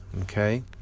Okay